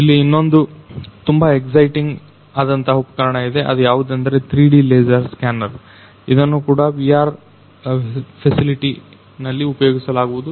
ಇಲ್ಲಿ ಇನ್ನೊಂದು ತುಂಬಾ ಎಕ್ಸೈಟಿಂಗ್ ಆದಂತಹ ಉಪಕರಣ ಇದೆ ಅದು ಯಾವುದೆಂದರೆ 3D ಲೇಸರ್ ಸ್ಕ್ಯಾನರ್ ಅದನ್ನು ಕೂಡ VR ಫೆಸಿಲಿಟಿ ನಲ್ಲಿ ಉಪಯೋಗಿಸಲಾಗುವುದು